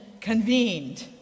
convened